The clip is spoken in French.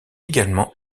également